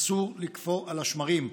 אסור לקפוא על השמרים.